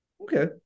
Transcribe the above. Okay